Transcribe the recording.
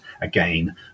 again